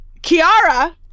Kiara